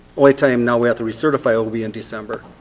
only time now we have to re-certify ah will be in december.